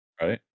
right